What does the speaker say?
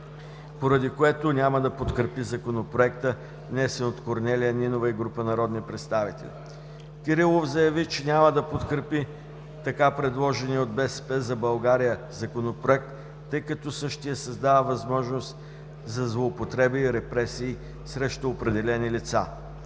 поради което няма да подкрепи Законопроекта, внесен от Корнелия Нинова и група народни представители. Господин Кирилов заяви, че няма да подкрепи така предложения от „БСП за България“ Законопроект, тъй като същият създава възможност за злоупотреби и репресии срещу определени лица.